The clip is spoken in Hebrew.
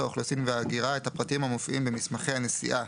האוכלוסין וההגירה את הפרטים המופיעים במסמכי הנסיעה